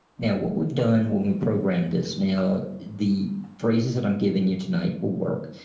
now what we've done when we program this now the phrases that i'm giving you tonight will work,